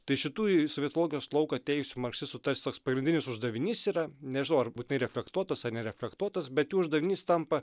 tai šitų į sovietologijos lauką atėjusių marksistų tarsi toks pagrindinis uždavinys yra nežinau ar būtinai reflektuotas ar nereflektuotas bet uždavinys tampa